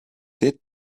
did